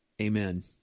Amen